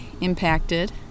impacted